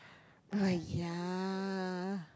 err ya